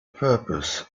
purpose